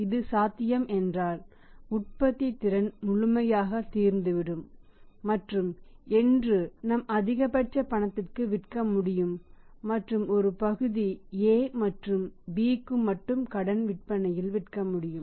இது சாத்தியம் என்றால் உற்பத்தித் திறன் முழுமையாக தீர்ந்து விடும் மற்றும் என்று நாம் அதிகபட்ச பணத்திற்கு விற்க முடியும் மற்றும் ஒரு பகுதி A மற்றும் Bக்கு மட்டும் கடன் விற்பனையில் விற்க முடியும்